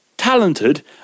talented